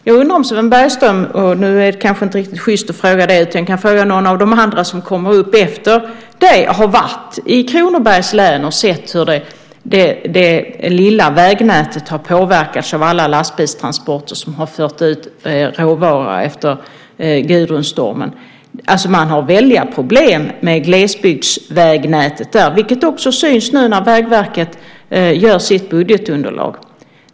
Jag undrar om Sven Bergström - nu är det kanske inte riktigt sjyst att fråga det, utan jag kan fråga någon av de andra som kommer efter dig - har varit i Kronobergs län och sett hur det lilla vägnätet har påverkats av alla lastbilstransporter som har fört ut råvara efter stormen Gudrun. Man har väldiga problem med glesbygdsvägnätet där, vilket också syns nu när Vägverket tar fram sitt budgetunderlag.